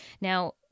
Now